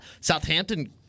Southampton